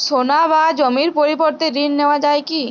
সোনা বা জমির পরিবর্তে ঋণ নেওয়া যায় কী?